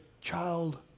child